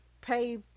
pay